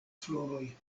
floroj